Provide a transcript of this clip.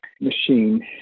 machine